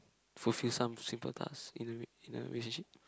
fulfill some simple tasks in a in a relationship